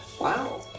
Wow